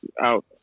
out